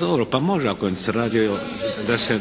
Dobro. Pa može ako se radi,